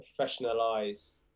professionalize